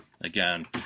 again